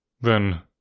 Then